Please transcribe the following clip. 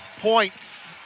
points